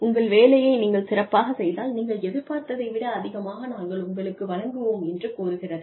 உங்கள் வேலையை நீங்கள் சிறப்பாக செய்தால் நீங்கள் எதிர்பார்ப்பதை விட அதிகமாக நாங்கள் உங்களுக்கு வழங்குவோம் என்று கூறுகிறது